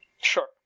Sure